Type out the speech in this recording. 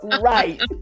Right